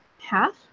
Half